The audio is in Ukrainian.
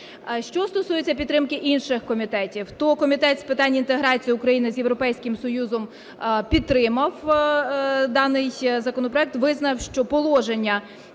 Що стосується підтримки інших комітетів. То Комітет з питань інтеграції України з Європейським Союзом підтримав даний законопроект. Визнав, що положення